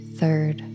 third